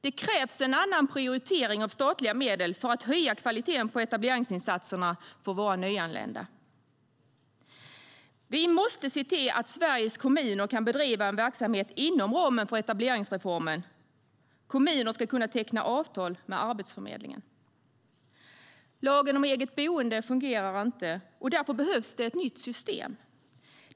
Det krävs en annan prioritering av statliga medel för att höja kvaliteten på etableringsinsatserna för våra nyanlända. Vi måste se till att Sveriges kommuner kan bedriva en verksamhet inom ramen för etableringsreformen. Kommuner ska kunna teckna avtal med Arbetsförmedlingen.Lagen om eget boende fungerar inte, och därför behövs det ett nytt system.